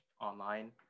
online